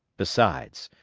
besides,